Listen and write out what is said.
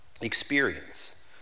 experience